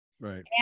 Right